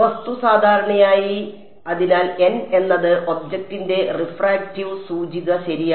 വസ്തു സാധാരണയായി അതിനാൽ n എന്നത് ഒബ്ജക്റ്റിന്റെ റിഫ്രാക്റ്റീവ് സൂചിക ശരിയാണ്